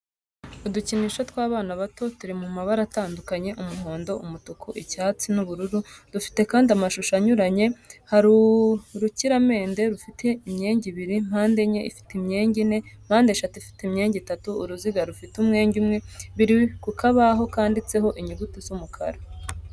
Udukinisho tw'abana bato turi mu mabara atandukanye umuhondo, umutuku, icyatsi, n'ubururu dufite kandi amashusho anyuranye hari urukiramende rufite imyenge ibiri, mpandenye ifite imyenge ine, mpandeshatu ifite imyenge itatu, uruziga rufite umwenge umwe, biri ku kabaho kanditseho inyuguti z'umukara.